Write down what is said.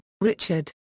Richard